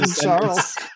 Charles